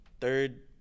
third